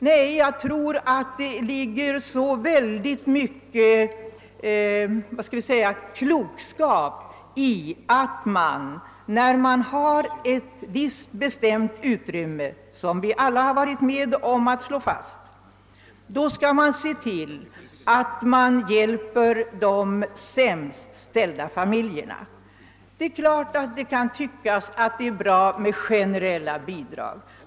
Nej, jag tror att det ligger mycket stor klokskap i att man, när man har ett visst bestämt utrymme som vi alla har varit med om att slå fast, skall se till att man hjälper de sämst ställda familjerna. Det kan givetvis tyckas att det är bra med generella bidrag.